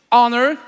honor